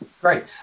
Great